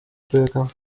bürger